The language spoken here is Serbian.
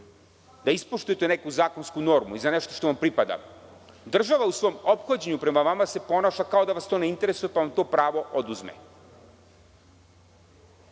da ispoštujete neku zakonsku normu i za nešto što vam pripada, država u svom ophođenju prema vama se ponaša kao da vas to ne interesuje pa vam to pravo oduzme. Ako